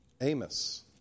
Amos